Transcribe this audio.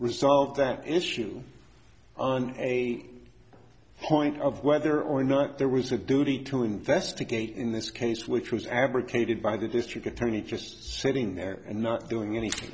resolve that issue on a point of whether or not there was a duty to investigate in this case which was abrogated by the district attorney just sitting there and not doing anything